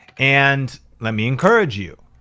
and let me encourage you,